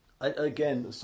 again